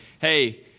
hey